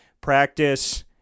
Practice